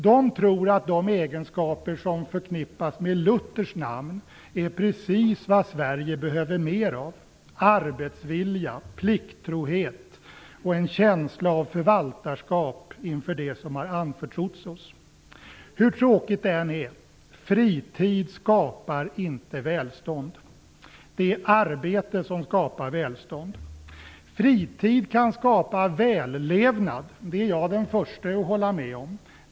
De tror att de egenskaper som förknippas med Luthers namn är precis vad Sverige behöver mer av: arbetsvilja, plikttrohet och en känsla av förvaltarskap inför det som har anförtrotts oss. Hur tråkigt det än är - fritid skapar inte välstånd. Det är arbete som skapar välstånd. Fritid kan skapa vällevnad - det är jag den förste att hålla med om.